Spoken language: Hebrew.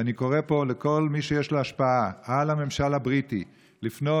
ואני קורא פה לכל מי שיש לו השפעה על הממשל הבריטי לפנות,